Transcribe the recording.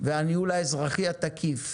והניהול האזרחי התקיף